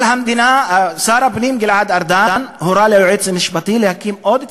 אבל שר הפנים גלעד ארדן הורה ליועץ המשפטי להקים עוד צוות,